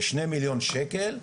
כשני מיליון שקל.